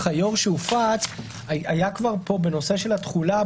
היו"ר שהופץ היה כבר פה בנושא התחולה,